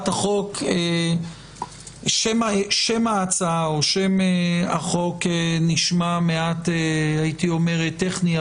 שם הצעת החוק או שם החוק נשמעים מעט טכניים,